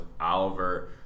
Oliver